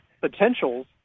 potentials